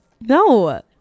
no